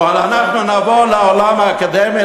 או אנחנו נבוא לעולם האקדמי,